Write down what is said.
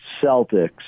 Celtics